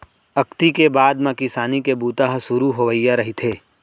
अक्ती के बाद म किसानी के बूता ह सुरू होवइया रहिथे